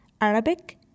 Arabic